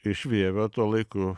iš vievio tuo laiku